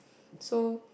so